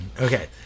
okay